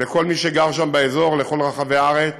לכל מי שגר שם באזור לכל רחבי הארץ,